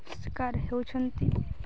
ଶିକାର ହେଉଛନ୍ତି